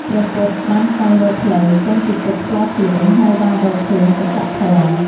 ព្រះពុទ្ធបានស្វែងរកផ្លូវចេញពីទុក្ខផ្ទាល់ខ្លួន ហើយបានរកឃើញសច្ចធម៌។